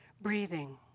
breathing